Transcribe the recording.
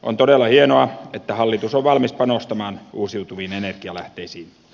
on todella hienoa että hallitus on valmis panostamaan uusiutuviin energialähteisiin